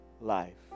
life